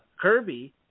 Kirby